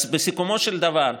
בסיכומו של דבר,